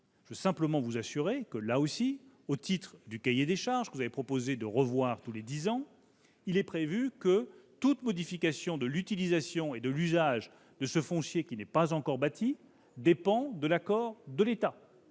Je veux simplement vous assurer que, au titre du cahier des charges, que vous avez proposé de revoir tous les dix ans, il est prévu que toute modification de l'utilisation et de l'usage de ce foncier non encore bâti nécessite l'accord de l'État.